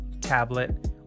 tablet